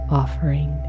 offering